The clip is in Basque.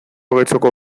getxoko